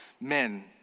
men